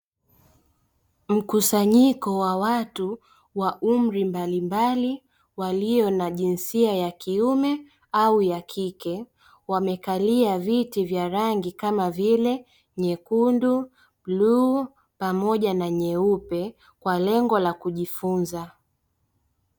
Mkusanyiko wa watu wa umri mbalimbali walio na jinsia ya kiume au ya kike wamekalia viti vya rangi kama vile nyekundu, bluu pamoja na nyeupe kwa lengo la kujifunza.